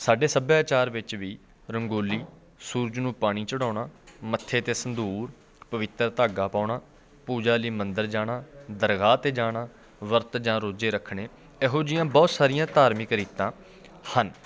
ਸਾਡੇ ਸੱਭਿਆਚਾਰ ਵਿੱਚ ਵੀ ਰੰਗੋਲੀ ਸੂਰਜ ਨੂੰ ਪਾਣੀ ਚੜ੍ਹਾਉਣਾ ਮੱਥੇ 'ਤੇ ਸੰਧੂਰ ਪਵਿੱਤਰ ਧਾਗਾ ਪਾਉਣਾ ਪੂਜਾ ਲਈ ਮੰਦਰ ਜਾਣਾ ਦਰਗਾਹ 'ਤੇ ਜਾਣਾ ਵਰਤ ਜਾਂ ਰੋਜੇ ਰੱਖਣੇ ਇਹੋ ਜਿਹੀਆਂ ਬਹੁਤ ਸਾਰੀਆਂ ਧਾਰਮਿਕ ਰੀਤਾਂ ਹਨ